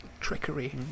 trickery